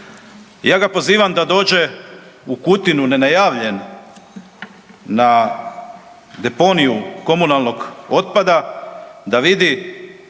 ja ga pozivam da dođe u Kutinu ne najavljen na deponiju komunalnog otpada da vidi